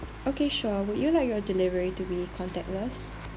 okay sure would you like your delivery to be contactless